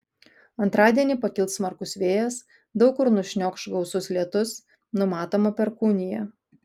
antradienį pakils smarkus vėjas daug kur nušniokš gausus lietus numatoma perkūnija